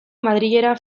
madrilera